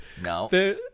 no